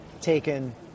taken